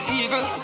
eagle